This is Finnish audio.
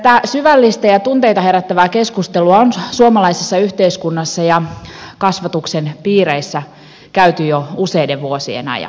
tätä syvällistä ja tunteita herättävää keskustelua on suomalaisessa yhteiskunnassa ja kasvatuksen piireissä käyty jo useiden vuosien ajan